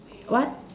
what